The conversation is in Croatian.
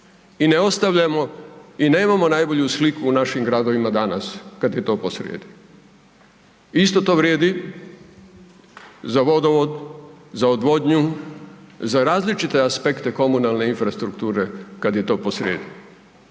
I ne ostavljamo i nemamo najbolju sliku u našim gradovima danas kad je to posrijedi. Isto to vrijedi za vodovod, za odvodnju, za različite aspekte komunalne infrastrukture kad je to posrijedi.